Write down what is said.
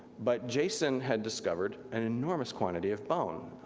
but jason had discovered, an enormous quantity of bone.